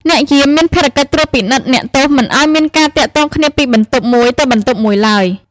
អ្នកយាមមានភារកិច្ចត្រួតពិនិត្យអ្នកទោសមិនឱ្យមានការទាក់ទងគ្នាពីបន្ទប់មួយទៅបន្ទប់មួយឡើយ។